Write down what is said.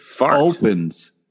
opens